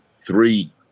three